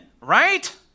Right